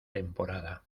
temporada